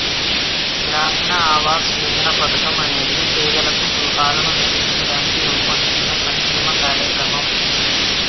గ్రామీణ ఆవాస్ యోజన పథకం అనేది పేదలకు గృహాలను నిర్మించడానికి రూపొందించిన సంక్షేమ కార్యక్రమం